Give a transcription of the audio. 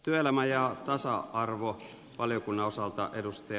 työelämä ja tasa arvoa valiokunnan saattaa edusti